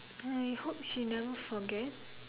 I hope she never forget